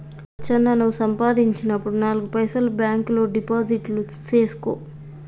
లచ్చన్న నువ్వు సంపాదించినప్పుడు నాలుగు పైసలు బాంక్ లో డిపాజిట్లు సేసుకో